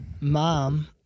Mom